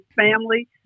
family